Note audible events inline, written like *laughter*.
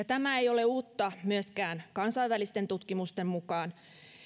*unintelligible* tämä ei ole uutta myöskään kansainvälisten tutkimusten mukaan